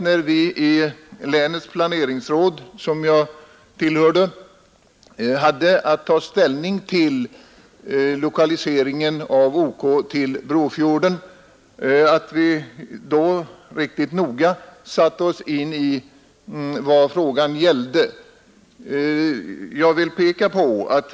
När vi i länets planeringsråd som jag tillhörde hade att ta ställning till lokaliseringen av OK till Brofjorden, satte vi oss noga in i vad frågan gällde.